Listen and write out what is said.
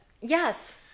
Yes